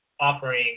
offering